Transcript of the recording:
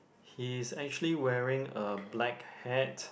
he's actually wearing a black hat